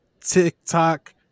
TikTok